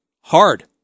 hard